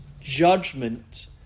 judgment